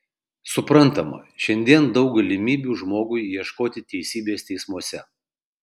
suprantama šiandien daug galimybių žmogui ieškoti teisybės teismuose